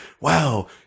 wow